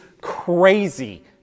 crazy